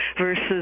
versus